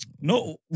No